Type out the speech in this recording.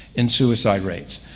in suicide rates.